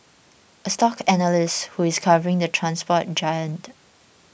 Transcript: a stock analyst who is covering the transport giant